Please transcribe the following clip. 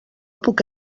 puc